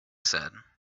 said